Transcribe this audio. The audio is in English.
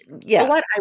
yes